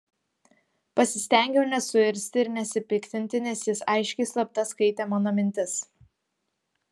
pasistengiau nesuirzti ir nesipiktinti nes jis aiškiai slapta skaitė mano mintis